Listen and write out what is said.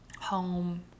home